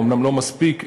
אומנם לא מספיק חזק,